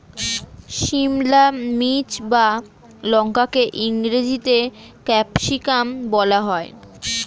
সিমলা মির্চ বা লঙ্কাকে ইংরেজিতে ক্যাপসিকাম বলা হয়